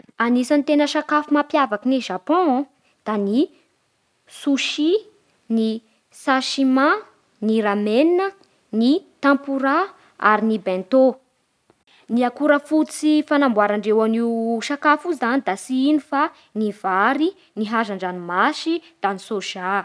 Anisany mampiavaky ny sakafo aty Japon dia ny sushi, sashima, ny ramen, ny tampura ary ny bento Ny akora fototsy anamboarandreo io sakafo io zany da tsy ino fa ny vary, ny hazan-dranomasy da ny sôza